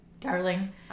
darling